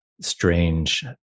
strange